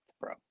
bro